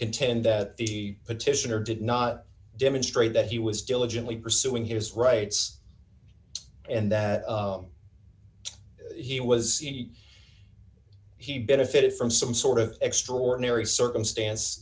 contend that the petitioner did not demonstrate that he was diligently pursuing his rights and that he was he benefited from some sort of extraordinary circumstance